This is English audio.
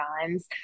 times